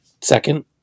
second